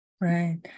Right